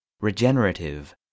regenerative